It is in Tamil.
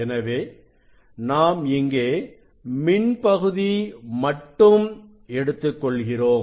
எனவே நாம் இங்கே மின் பகுதி மட்டும் எடுத்துக் கொள்கிறோம்